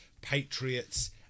Patriots